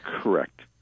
Correct